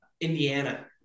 Indiana